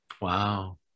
Wow